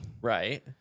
right